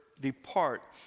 depart